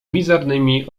mizernymi